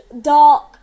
dark